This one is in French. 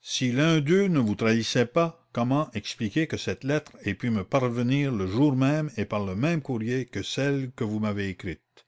si l'un d'eux ne vous trahissait pas comment expliquer que cette lettre ait pu me parvenir le jour même et par le même courrier que celle que vous m'avez écrite